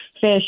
fish